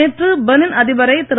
நேற்று பெனின் அதிபரை திரு